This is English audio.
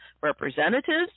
representatives